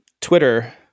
Twitter